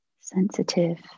sensitive